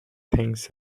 things